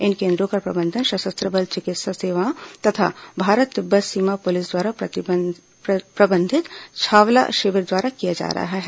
इन केन्द्रों का प्रबंधन सशस्त्र बल चिकित्सा सेवाओं तथा भारत तिब्बत सीमा पुलिस द्वारा प्रबंधित छावला शिविर द्वारा किया जा रहा है